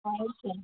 और क्या